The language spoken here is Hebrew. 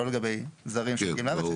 ולא לגבי זרים שמגיעים לארץ.